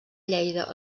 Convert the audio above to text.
lleida